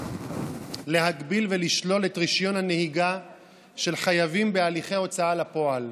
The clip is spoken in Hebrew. להגביל ולשלול את רישיון הנהיגה של חייבים בהליכי הוצאה לפועל.